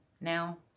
now